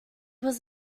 was